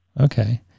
Okay